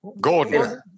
Gordon